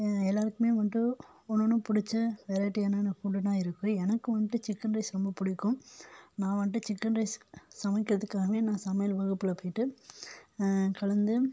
எல்லோருக்குமே வந்துட்டு ஒன்னொன்னும் பிடிச்ச வெரைட்டியான என்னென்ன ஃபுட்டுனா இருக்கும் எனக்கு வந்துட்டு சிக்கன் ரைஸ் ரொம்ப பிடிக்கும் நான் வந்துட்டு சிக்கன் ரைஸ் சமைக்கிறதுக்காகவே நான் சமையல் வகுப்பில் போயிட்டு கலந்து